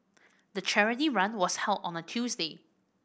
the charity run was held on a Tuesday